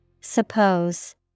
Suppose